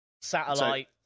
satellite